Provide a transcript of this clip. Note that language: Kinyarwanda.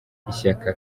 ishyaka